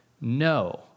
no